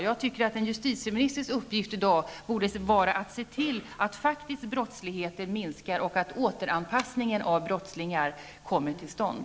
Jag tycker att en justitieministers uppgift i dag borde vara att se till att brottsligheten minskar och att återanpassningen av brottslingar kommer till stånd.